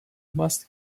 must